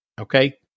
Okay